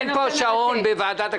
אין פה שעון בוועדת הכספים.